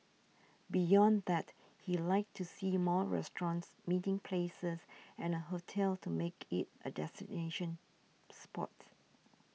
beyond that he like to see more restaurants meeting places and a hotel to make it a destination spot